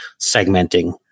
segmenting